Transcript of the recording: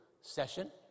session